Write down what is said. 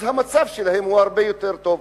המצב שלהם הרבה יותר טוב,